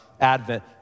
Advent